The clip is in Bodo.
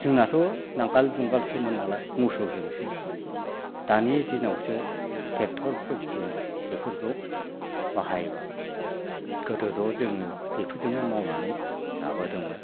जोंनाथ' नांगोल जुंगालसोमोन नालाय मोसौजोंसो दानि दिनावसो ट्रेक्ट'रफोरजों बेफोरखौ बाहायबाय गोदोथ' जोङो बेफोरजोंनो मावनानै जाबोदोंमोन